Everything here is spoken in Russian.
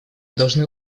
должны